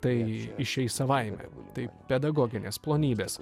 tai išeis savaime tai pedagoginės plonybės